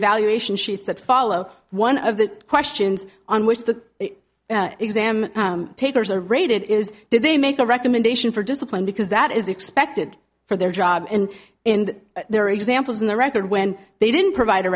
evaluation she's that follow one of the questions on which the exam takers are rated is did they make a recommendation for discipline because that is expected for their job and in their examples in the record when they didn't provide